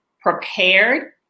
prepared